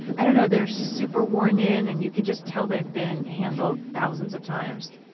i don't know, they're super worn-in, and you can just tell they've been handled thousands of times.